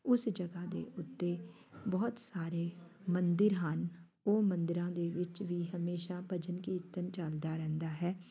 ਉਸ ਜਗ੍ਹਾ ਦੇ ਉੱਤੇ ਬਹੁਤ ਸਾਰੇ ਮੰਦਰ ਹਨ ਉਹ ਮੰਦਰਾਂ ਦੇ ਵਿੱਚ ਵੀ ਹਮੇਸ਼ਾਂ ਭਜਨ ਕੀਰਤਨ ਚੱਲਦਾ ਰਹਿੰਦਾ ਹੈ